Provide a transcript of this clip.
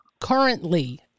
currently